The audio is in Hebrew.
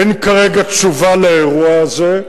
אין לי כרגע תשובה על האירוע הזה,